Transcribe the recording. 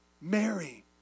Mary